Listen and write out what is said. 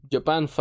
Japan